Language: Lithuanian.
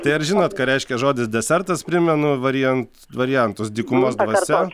tai ar žinot ką reiškia žodis desertas primenu varijan variantus dykumos dvasia